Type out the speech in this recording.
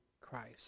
Christ